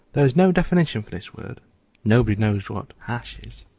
there is no definition for this word nobody knows what hash is.